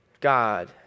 God